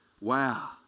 Wow